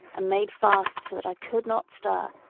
made fast so that i could not stir,